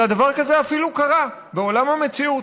אלא דבר כזה אפילו קרה בעולם המציאות.